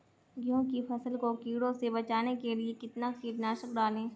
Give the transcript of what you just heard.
गेहूँ की फसल को कीड़ों से बचाने के लिए कितना कीटनाशक डालें?